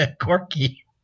Corky